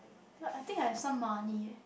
but I think I have some money